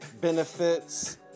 benefits